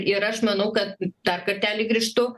ir aš manau kad dar kartelį grįžtu